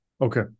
Okay